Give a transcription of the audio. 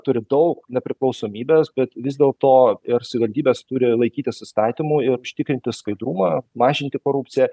turi daug nepriklausomybės bet vis dėl to ir savivaldybės turi laikytis įstatymų ir užtikrinti skaidrumą mažinti korupciją